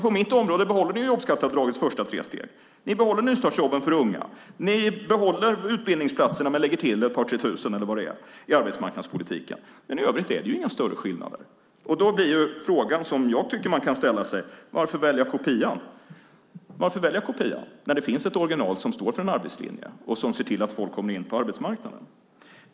På mitt område behåller ni jobbskatteavdragets första tre steg. Ni behåller nystartsjobben för unga. Ni behåller utbildningsplatserna men lägger till ett par tre tusen eller vad det är i arbetsmarknadspolitiken. Men i övrigt är det inga större skillnader. Då blir frågan som jag tycker att man kan ställa sig: Varför välja kopian när det finns ett original som står för en arbetslinje och ser till att folk kommer in på arbetsmarknaden?